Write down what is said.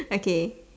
okay